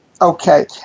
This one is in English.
Okay